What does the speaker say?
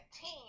team